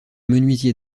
menuisier